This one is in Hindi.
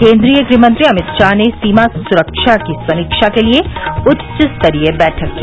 केन्द्रीय गृह मंत्री अमित शाह ने सीमा सुरक्षा की समीक्षा के लिए उच्चस्तरीय बैठक की